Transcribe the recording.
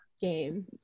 game